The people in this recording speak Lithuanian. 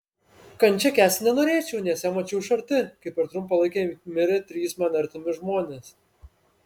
kančią kęsti nenorėčiau nes ją mačiau iš arti kai per trumpą laiką mirė trys man artimi žmonės